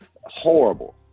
horrible